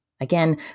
Again